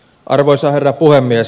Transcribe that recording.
arvoisa herra puhemies